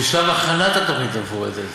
בשלב הכנת התוכנית המפורטת.